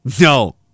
No